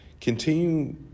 continue